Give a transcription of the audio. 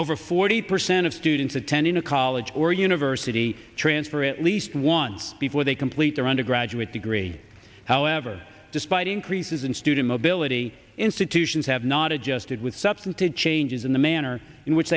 over forty percent of students attending a college or university transfer at least once before they complete their undergraduate degree however despite increases in student mobility institutions have not adjusted with substantive changes in the manner in which